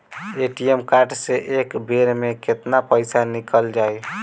ATM card से एक बेर मे केतना पईसा निकल जाई?